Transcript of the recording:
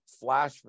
flash